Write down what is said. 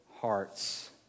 hearts